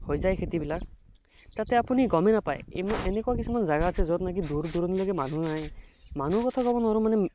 হৈ যায় খেতিবিলাক তাতে আপুনি গমে নাপায় এনেকুৱা কিছুমান জেগা আছে য'ত নেকি দূৰ দুৰণিলৈকে মানুহ আহে মানুহ কথা ক'ব নোৱাৰো মানে